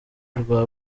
rwa